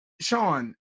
Sean